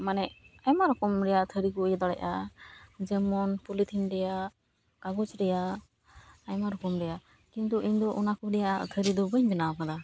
ᱢᱟᱱᱮ ᱟᱭᱢᱟ ᱨᱚᱠᱚᱢ ᱨᱮᱭᱟᱜ ᱛᱷᱟᱹᱨᱤ ᱠᱚ ᱤᱭᱟᱹ ᱫᱟᱲᱮᱭᱟᱜᱼᱟ ᱡᱮᱢᱚᱱ ᱯᱩᱞᱤᱛᱷᱤᱱ ᱨᱮᱭᱟᱜ ᱠᱟᱜᱚᱡᱽ ᱨᱮᱭᱟᱜ ᱟᱭᱢᱟ ᱨᱚᱠᱚᱢ ᱨᱮᱭᱟᱜ ᱠᱤᱱᱛᱩ ᱤᱧ ᱫᱚ ᱚᱱᱟ ᱠᱚ ᱨᱮᱭᱟᱜ ᱛᱷᱟᱹᱨᱤ ᱫᱚ ᱵᱟᱹᱧ ᱵᱮᱱᱟᱣ ᱟᱠᱟᱫᱟ